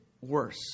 worse